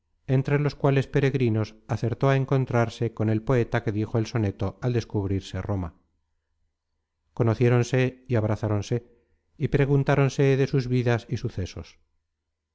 entre los cuales peregrinos acertó á encontrarse con el poeta que dijo el soneto al descubrirse roma conociéronse y abrazáronse y preguntáronse de sus vidas y sucesos